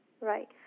Right